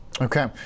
Okay